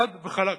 חד וחלק.